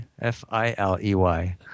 F-I-L-E-Y